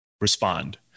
respond